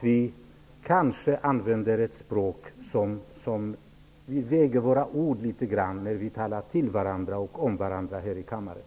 Vi skulle kanske väga våra ord litet mer när vi talar till varandra och om varandra här i kammaren.